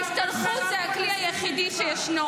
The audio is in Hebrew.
ההשתלחות היא הכלי היחיד שישנו.